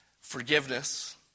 forgiveness